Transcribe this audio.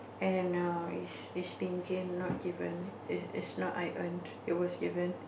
and err is is been game not given is is not I earn it was given